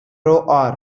row